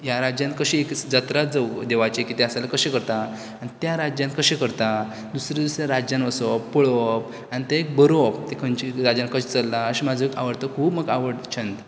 ह्या राज्यांत कशीं जात्रा जावूंं देवाची कितें आसा जाल्यार कशें करता त्या राज्यान कशें करता दुसऱ्या दुसऱ्या राज्यांत वचप पळोवप आनी तें बरोवप ते खंयच्या राज्यांत कशें चल्ला अशें म्हाजो आवडतो खूब आवडतो छंद